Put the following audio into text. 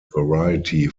variety